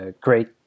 Great